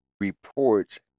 reports